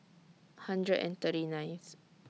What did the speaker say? hundred and thirty ninth